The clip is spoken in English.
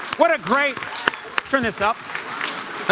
what a great turn this up.